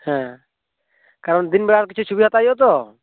ᱦᱮᱸ ᱠᱟᱨᱚᱱ ᱫᱤᱱ ᱵᱮᱲᱟ ᱨᱮ ᱠᱤᱪᱷᱩ ᱪᱷᱩᱵᱤ ᱦᱟᱛᱟᱣ ᱦᱩᱭᱩᱜᱼᱟ ᱛᱳ